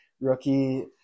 rookie